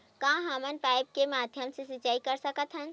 का हमन पाइप के माध्यम से सिंचाई कर सकथन?